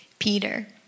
Peter